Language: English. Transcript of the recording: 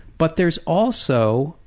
but there is also,